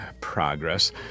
Progress